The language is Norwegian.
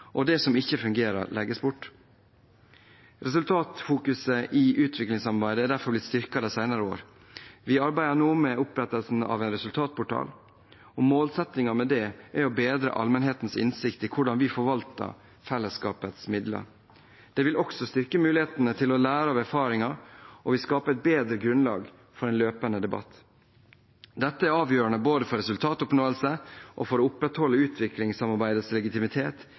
og at det som ikke fungerer, legges bort. Resultatfokuset i utviklingssamarbeidet er derfor blitt styrket de seinere år. Vi arbeider nå med opprettelsen av en resultatportal. Målsettingen med dette er å bedre allmennhetens innsikt i hvordan vi forvalter fellesskapets midler. Det vil også styrke mulighetene til å lære av erfaringer, og vi skaper et bedre grunnlag for en løpende debatt. Dette er avgjørende både for resultatoppnåelse og for å opprettholde utviklingssamarbeidets legitimitet